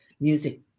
music